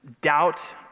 doubt